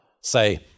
Say